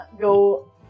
go